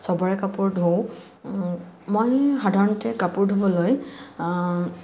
চবৰে কাপোৰ ধো মই সাধাৰণতে কাপোৰ ধুবলৈ